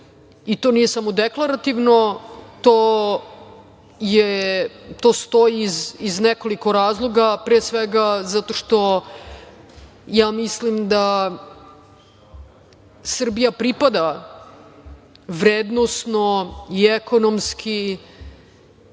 To nije samo deklarativno, to stoji iz nekoliko razloga. Pre svega, zato što mislim da Srbija pripada vrednosno, ekonomski